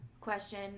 question